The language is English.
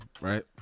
right